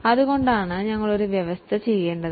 അതുകൊണ്ടാണ് നമ്മൾ ഒരു പ്രൊവിഷൻ ചെയ്യേണ്ടത്